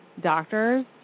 doctors